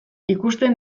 ikusten